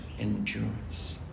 endurance